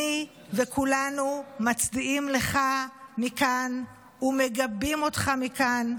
אני וכולנו מצדיעים לך מכאן ומגבים אותך מכאן.